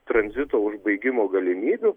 tranzito užbaigimo galimybių